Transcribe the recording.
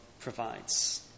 provides